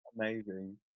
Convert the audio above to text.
amazing